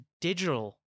digital